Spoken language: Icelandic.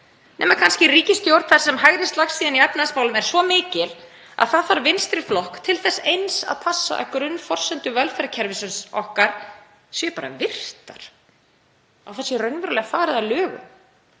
nema kannski í ríkisstjórn þar sem hægri slagsíðan í efnahagsmálum er svo mikil að það þarf vinstri flokk til þess eins að passa að grunnforsendur velferðarkerfisins okkar séu virtar, að það sé raunverulega farið að lögum.